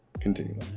Continue